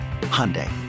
Hyundai